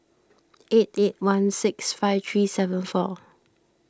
eight eight one six five three seven four